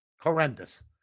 horrendous